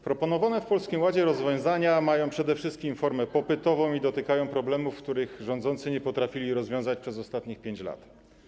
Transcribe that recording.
Proponowane w Polskim Ładzie rozwiązania mają przede wszystkim formę popytową i dotykają problemów, których rządzący nie potrafili rozwiązać przez ostatnich 5 lat.